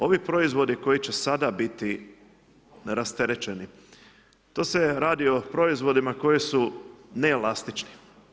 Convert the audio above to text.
Ovi proizvodi koji će sada biti rasterećeni, to s radi o proizvodima koji su neelastični.